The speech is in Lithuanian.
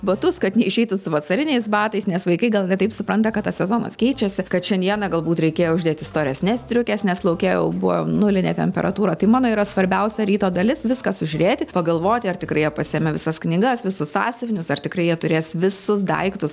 batus kad neišeitų su vasariniais batais nes vaikai gal ne taip supranta kad tas sezonas keičiasi kad šiandieną galbūt reikėjo uždėti storesnes striukes nes lauke jau buvo nulinė temperatūra tai mano yra svarbiausia ryto dalis viską sužiūrėti pagalvoti ar tikrai jie pasiėmė visas knygas visus sąsiuvinius ar tikrai jie turės visus daiktus